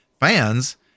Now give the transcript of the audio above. Fans